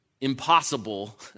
impossible